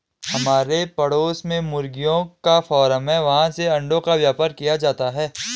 हमारे पड़ोस में मुर्गियों का फार्म है, वहाँ से अंडों का व्यापार किया जाता है